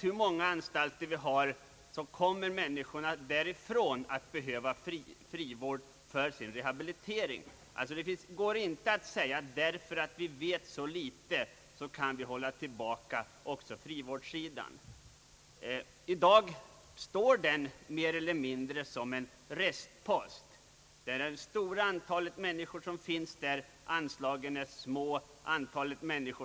Hur många anstalter vi än har kommer de människor, som lämnar anstalterna, att behöva frivård för sin rehabilitering. Det går inte att säga: därför att vi vet så litet kan vi hålla tillbaka också frivårdssidan. I dag står frivården mer eller mindre som en restpost. Det är ett stort antal människor som behöver denna frivård, men anslagen är små.